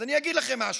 אז אני אגיד לכם משהו.